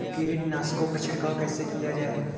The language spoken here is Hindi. कीटनाशकों पर छिड़काव कैसे किया जाए?